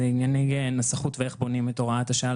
זה ענייני נסחות ואיך בונים את הוראת השעה,